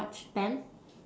how much ten